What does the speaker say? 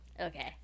Okay